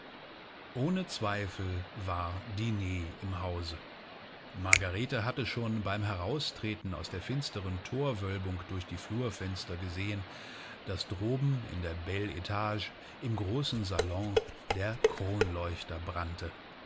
ohne zweifel war diner im hause margarete hatte schon beim heraustreten aus der finsteren thorwölbung durch die flurfenster gesehen daß droben in der bel etage im großen salon der kronleuchter brannte